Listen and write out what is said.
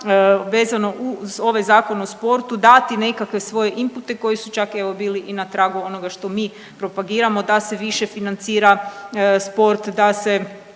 vezano uz ovaj Zakon o sportu dati nekakve svoje inpute koji su čak evo, bili i na tragu onoga što mi propagiramo da se više financira sport, da se